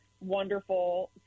wonderful